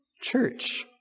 church